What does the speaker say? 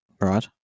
right